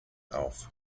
auf